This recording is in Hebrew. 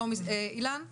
אילן שריף,